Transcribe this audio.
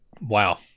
wow